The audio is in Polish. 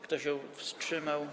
Kto się wstrzymał?